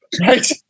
Right